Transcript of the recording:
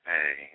Hey